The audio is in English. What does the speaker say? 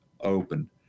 open